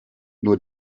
nur